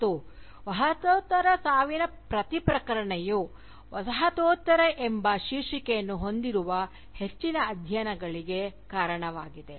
ಮತ್ತು ವಸಾಹತೋತ್ತರದ ಸಾವಿನ ಪ್ರತಿ ಪ್ರಕಟಣೆಯು ವಸಾಹತೋತ್ತರ ಎಂಬ ಶೀರ್ಷಿಕೆಯನ್ನು ಹೊಂದಿರುವ ಹೆಚ್ಚಿನ ಅಧ್ಯಯನಗಳಿಗೆ ಕಾರಣವಾಗಿದೆ